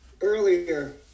earlier